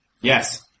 Yes